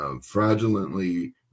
fraudulently